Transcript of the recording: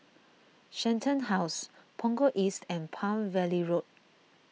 Shenton House Punggol East and Palm Valley Road